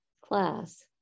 class